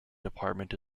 department